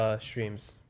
streams